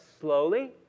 slowly